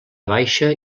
baixa